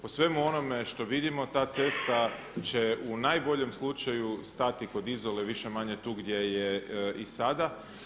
Po svemu onome što vidimo ta cesta će u najboljem slučaju stati kod Izole više-manje gdje je i sada.